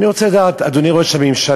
אני רוצה לדעת, אדוני ראש הממשלה,